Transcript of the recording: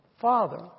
Father